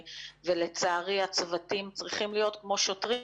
ולצערי, הצוותים צריכים להיות כמו שוטרים